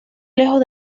lejos